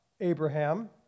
Abraham